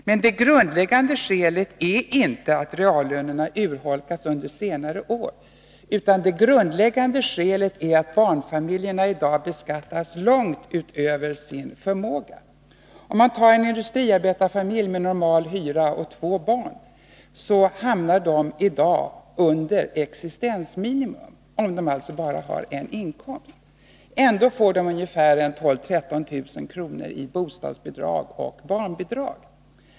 Men det grundläggande skälet är inte att reallönerna har urholkats under senare år, utan att barnfamiljerna i dag beskattas långt utöver sin förmåga. En industriarbetarfamilj med normal hyra och två barn hamnar i dag under existensminimum, om man bara har en inkomst. Ändå får familjen 12 000-13 000 kr. i bostadsbidrag och barnbidrag.